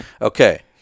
Okay